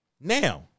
Now